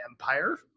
Empire